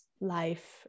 life